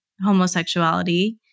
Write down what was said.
homosexuality